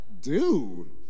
dude